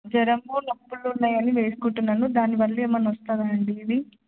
జ్వరమూ నొప్పులు ఉన్నాయని వేసుకుంటున్నాను దాని వల్ల ఏమైనా వస్తుందా అండి ఇది